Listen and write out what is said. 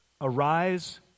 Arise